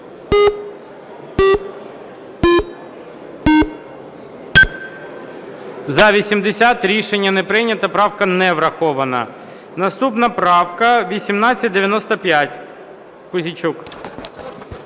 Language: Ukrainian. За-86 Рішення не прийнято. Правка не врахована. Наступна правка 539. Пузійчук.